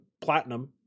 Platinum